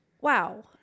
Wow